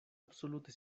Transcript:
absolute